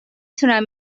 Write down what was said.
توانم